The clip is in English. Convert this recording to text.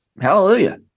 Hallelujah